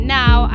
now